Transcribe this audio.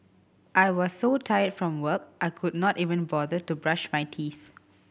I was so tired from work I could not even bother to brush my teeth